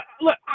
look